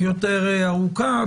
יותר,